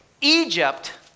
Egypt